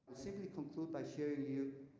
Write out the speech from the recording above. simply conclude by sharing you